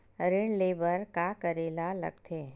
ऋण ले बर का करे ला लगथे?